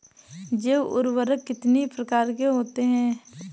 जैव उर्वरक कितनी प्रकार के होते हैं?